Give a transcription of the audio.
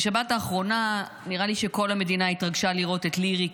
בשבת האחרונה נראה לי שכל המדינה התרגשה לראות את לירי,